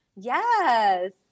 Yes